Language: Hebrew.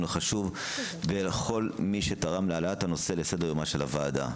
החשוב ולכל מי שתרם להעלאת הנושא לסדר יומה של הוועדה.